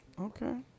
okay